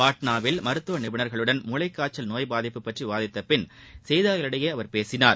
பாட்ளாவில் மருத்து நிபுணர்களுடன் மூளைக்காய்ச்சல் நோய் பாதிப்பு பற்றி விவாதித்தபின் செய்தியாளர்களிடம் அவர் பேசினார்